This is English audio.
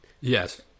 Yes